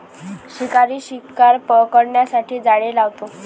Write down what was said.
शिकारी शिकार पकडण्यासाठी जाळे लावतो